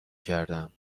کردم